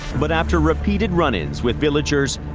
but, after repeated run-ins with villagers,